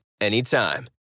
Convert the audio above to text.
anytime